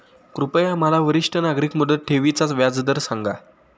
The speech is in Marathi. कृपया मला वरिष्ठ नागरिक मुदत ठेवी चा व्याजदर सांगा